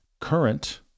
Current